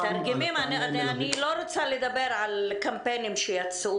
אני לא רוצה לדבר על קמפיינים שיצאו